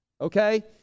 okay